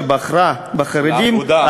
שבחרה בחרדים על